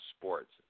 sports